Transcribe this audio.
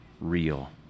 real